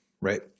right